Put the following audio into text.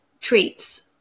treats